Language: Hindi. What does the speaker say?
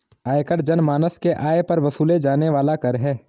आयकर जनमानस के आय पर वसूले जाने वाला कर है